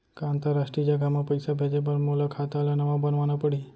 का अंतरराष्ट्रीय जगह म पइसा भेजे बर मोला खाता ल नवा बनवाना पड़ही?